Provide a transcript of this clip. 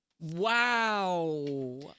Wow